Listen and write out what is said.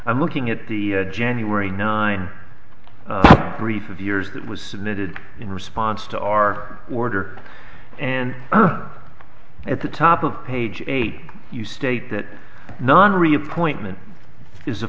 i'm looking at the january ninth briefs of yours that was submitted in response to our order and at the top of page eight you state that non reappointment is a